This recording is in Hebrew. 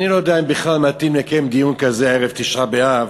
אני לא יודע אם בכלל מתאים לקיים דיון כזה ערב תשעה באב.